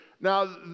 Now